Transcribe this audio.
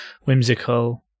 whimsical